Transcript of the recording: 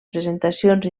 presentacions